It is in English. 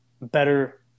better